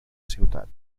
ciutat